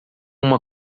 uma